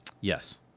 Yes